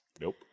Nope